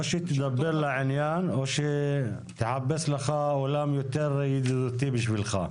או שתדבר לעניין או שתחפש לך עולם יותר ידידותי בשבילך.